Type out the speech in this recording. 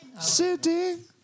Sitting